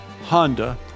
Honda